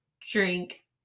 drink